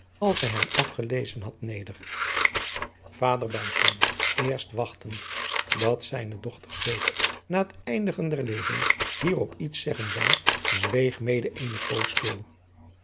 als zij hem afgelezen had neder vader buisman eerst wachtende dat zijne dochter zeker na het eindigen der lezing hierop iets zeggen zou zweeg mede eene poos stil